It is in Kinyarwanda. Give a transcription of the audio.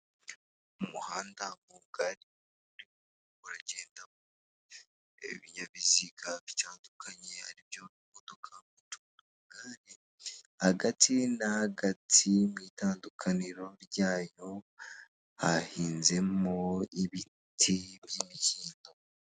Umuhanda mugari uragendamo ibinyabiziga bitandukanye, aribyo imodoka, utugare, n'ibindi. Muri uyu muhanda, hagati n'ahagati, hahinzemo ibiti by'imikindo,